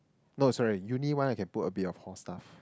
no sorry uni one I can put a bit of hall stuff